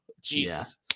Jesus